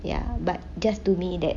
ya but just to me that